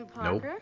Nope